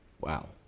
Wow